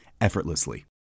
effortlessly